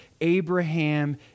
Abraham